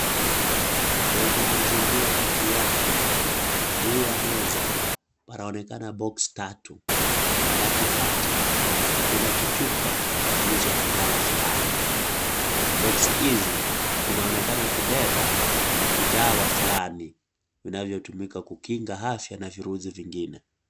Kwenye mazingira ya ki afya, juu ya meza panaonekana (CS)box (CS)tatu. Katikati, kuna kichupa kilicho na dawa fulani. (CS)Box(CS) hizi zinaonekana kubeba vidawa fulani vinavyotumika kukinga afya na viruzi vingine.